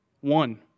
One